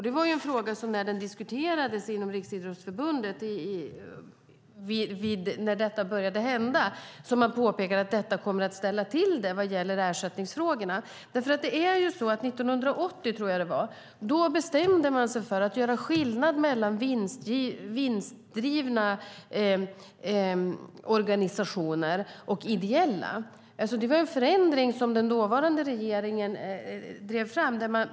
Den frågan diskuterades inom Riksidrottsförbundet när detta började hända, och då påpekade man att det skulle komma att ställa till det när det gäller ersättningsfrågorna. Jag tror att det var år 1980 som man bestämde sig för att göra skillnad mellan vinstdrivna organisationer och ideella organisationer. Det var en förändring som den dåvarande regeringen drev fram.